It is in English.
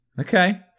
Okay